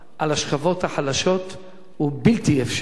על השכבות החלשות הוא בלתי אפשרי.